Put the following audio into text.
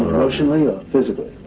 emotionally or physically?